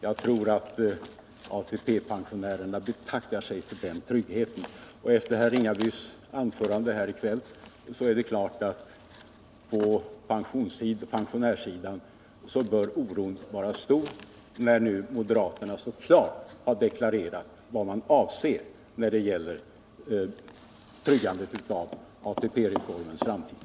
Jag tror att ATP-pensionärerna betackar sig för den tryggheten. Efter herr Ringabys anförande här i kväll, där han så klart har deklarerat vad moderaterna avser när det gäller tryggandet av ATP-reformens framtid, bör oron hos pensionärerna vara stor.